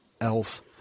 else